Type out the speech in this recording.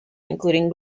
including